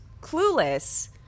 Clueless